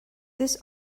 this